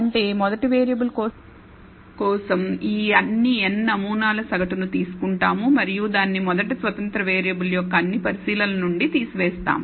అంటే మొదటి వేరియబుల్ కోసం ఈ అన్ని n నమూనాల సగటును తీసుకుంటాము మరియు దానిని మొదటి స్వతంత్ర వేరియబుల్ యొక్క అన్ని పరిశీలనల నుండి తీసి వేస్తాం